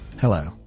Hello